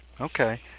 Okay